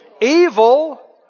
Evil